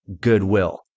goodwill